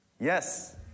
Yes